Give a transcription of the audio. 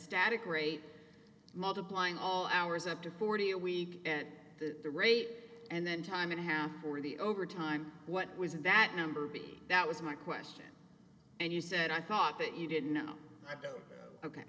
static rate multiplying all hours up to forty a week at the rate and then time and a half or the over time what was in that number be that was my question and you said i thought that you didn't know